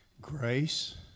grace